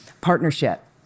partnership